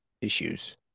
issues